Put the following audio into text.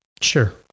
Sure